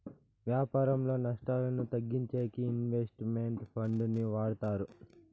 వ్యాపారంలో నష్టాలను తగ్గించేకి ఇన్వెస్ట్ మెంట్ ఫండ్ ని వాడతారు